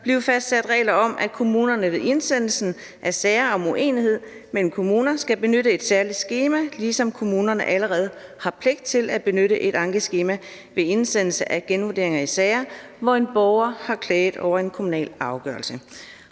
blive fastsat regler om, at kommunerne ved indsendelsen af sager om uenighed mellem kommuner skal benytte et særligt skema, ligesom kommunerne allerede har pligt til at benytte et ankeskema ved indsendelse af genvurdering i sager, hvor en borger har klaget over en kommunal afgørelse.